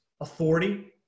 authority